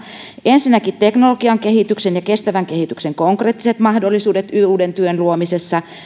ensinnäkin teknologian kehityksen ja kestävän kehityksen konkreettiset mahdollisuudet uuden työn luomisessa